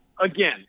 again